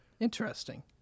Interesting